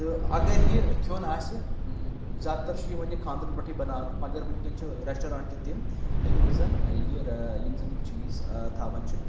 تہٕ اگر یہِ کھیٚون آسہِ زیادٕ تر چھِ یِوان یہِ خاندرن پیٹھٕے بناونہٕ مگر وٕنکٮ۪ن چھ رٮ۪سٹورنٹ تہِ تِم یم زن یہِ یم زن یم چیٖز تھاوَان چھِ